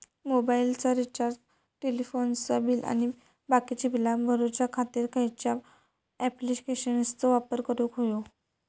मोबाईलाचा रिचार्ज टेलिफोनाचा बिल आणि बाकीची बिला भरूच्या खातीर खयच्या ॲप्लिकेशनाचो वापर करूक होयो?